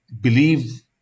believe